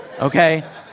Okay